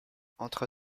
entre